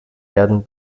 werden